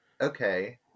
okay